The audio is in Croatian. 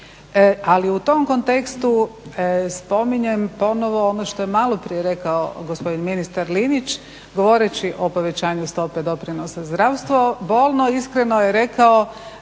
Ali u tom kontekstu spominjem ponovo ono što je malo prije rekao gospodin ministar Linić govoreći o povećanju stope doprinosa zdravstvu. Bono iskreno je rekao